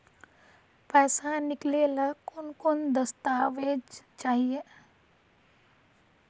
पैसा निकले ला कौन कौन दस्तावेज चाहिए?